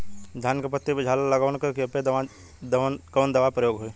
धान के पत्ती पर झाला लगववलन कियेपे कवन दवा प्रयोग होई?